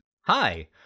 Hi